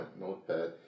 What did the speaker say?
notepad